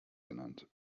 genannt